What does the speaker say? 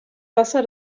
wasser